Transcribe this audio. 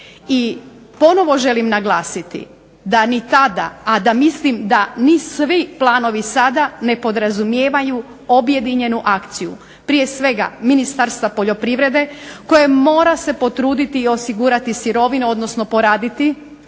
i ponovno želim naglasiti da ni tada a mislim da ni svi planovi sada ne podrazumijevaju objedinjenu akciju. Prije svega Ministarstva poljoprivrede koje se mora potruditi i osigurati sirovinu odnosno poraditi